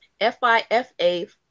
FIFA